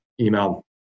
email